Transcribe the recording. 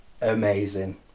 amazing